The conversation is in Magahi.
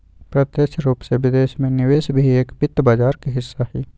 प्रत्यक्ष रूप से विदेश में निवेश भी एक वित्त बाजार के हिस्सा हई